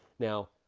now,